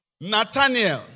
Nathaniel